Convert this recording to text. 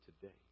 today